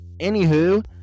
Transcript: anywho